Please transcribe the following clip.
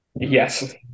Yes